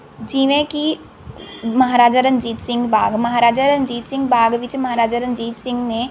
ਜਿਵੇਂ ਕਿ ਮਹਾਰਾਜਾ ਰਣਜੀਤ ਸਿੰਘ ਬਾਗ ਮਹਾਰਾਜਾ ਰਣਜੀਤ ਸਿੰਘ ਬਾਗ ਵਿੱਚ ਮਹਾਰਾਜਾ ਰਣਜੀਤ ਸਿੰਘ ਨੇ